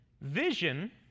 Vision